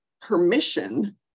permission